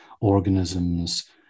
organisms